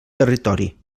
territori